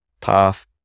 path